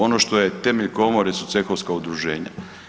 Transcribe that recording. Ono što je temelj komore su cehovska udruženja.